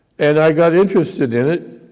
and i got interested in it,